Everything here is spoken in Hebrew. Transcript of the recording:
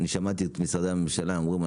אני שמעתי את משרדי הממשלה אומרים,